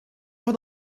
lors